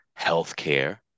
healthcare